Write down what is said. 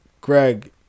Greg